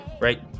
Right